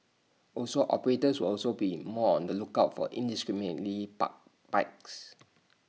also operators will also be in more on the lookout for indiscriminately parked bikes